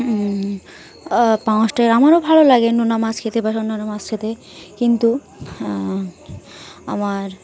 পাঙাশ ট্যাংরা আমারও ভালো লাগে নোনা মাছ খেতে বা অন্যান্য মাছ খেতে কিন্তু আমার